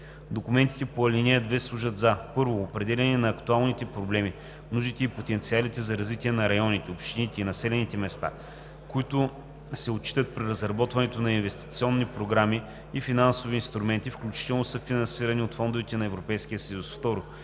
Документите по ал. 2 служат за: 1. определяне на актуалните проблеми, нуждите и потенциалите за развитие на районите, общините и населените места, които се отчитат при разработването на инвестиционни програми и финансови инструменти, включително съфинансирани от фондовете на Европейския съюз; 2.